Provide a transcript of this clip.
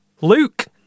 luke